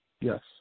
Yes